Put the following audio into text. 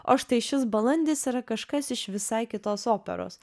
o štai šis balandis yra kažkas iš visai kitos operos